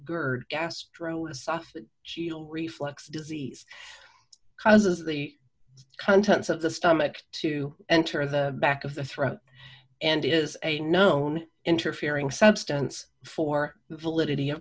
gerd gastro a soft she'll reflux disease causes the contents of the stomach to enter the back of the throat and is a known interfering substance for the validity